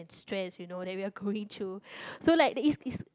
stress you know that we are going through so like